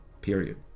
period